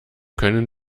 können